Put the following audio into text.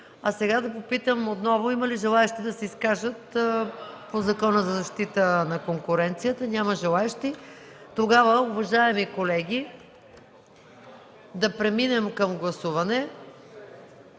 Сега да попитам отново: има ли желаещи да се изкажат по Закона за защита на конкуренцията? Няма желаещи. Уважаеми колеги, да преминем към гласуване.